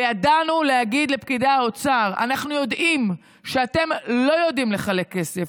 וידענו להגיד לפקידי האוצר: אנחנו יודעים שאתם לא יודעים לחלק כסף,